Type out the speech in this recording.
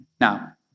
Now